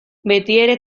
betiere